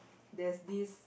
there's this